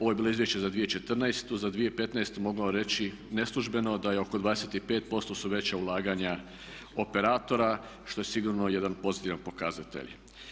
Ovo je bilo izvješće za 2014., za 2015.mogu vam reći neslužbeno da je oko 25% su veća ulaganja operatora što je sigurno jedan pozitivan pokazatelj.